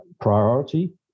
priority